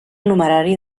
numerari